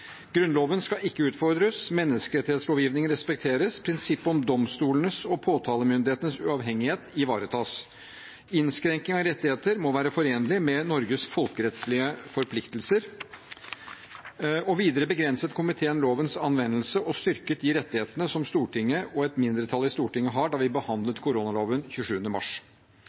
Grunnloven skal ikke utfordres, menneskerettighetslovgivning skal respekteres, og prinsippet om domstolenes og påtalemyndighetenes uavhengighet skal ivaretas. Innskrenkning av rettigheter må være forenlig med Norges folkerettslige forpliktelser. Videre begrenset komiteen lovens anvendelse og styrket rettighetene som Stortinget og et mindretall i Stortinget har, da vi behandlet koronaloven 27. mars.